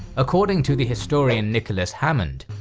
according to the historian nicholas hammond,